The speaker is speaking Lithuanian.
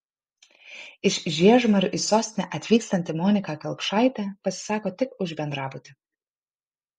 iš žiežmarių į sostinę atvykstanti monika kelpšaitė pasisako tik už bendrabutį